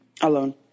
alone